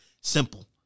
simple